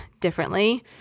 differently